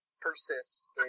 persist